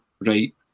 right